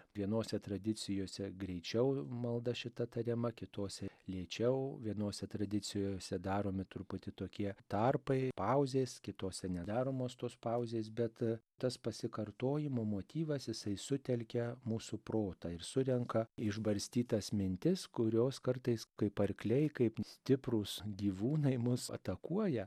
vienose tradicijose greičiau malda šita tariama kitose lėčiau vienose tradicijose daromi truputį tokie tarpai pauzės kitose nedaromos tos pauzės bet tas pasikartojimo motyvas jisai sutelkia mūsų protą ir surenka išbarstytas mintis kurios kartais kaip arkliai kaip stiprūs gyvūnai mus atakuoja